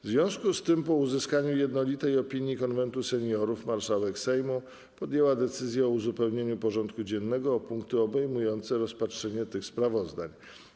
W związku z tym, po uzyskaniu jednolitej opinii Konwentu Seniorów, marszałek Sejmu podjęła decyzję o uzupełnieniu porządku dziennego o punkty obejmujące rozpatrzenie tych sprawozdań.